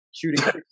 Shooting